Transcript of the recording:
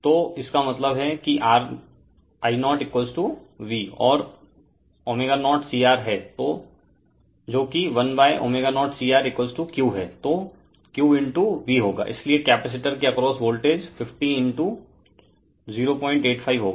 तो इसका मतलब है कि RI0 V और ω0CR है जो कि 1ω0CR Q हैतो Q V होगा इसलिए कपैसिटर के अक्रॉस वोल्टेज 50085 होगा